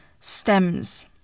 stems